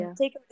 take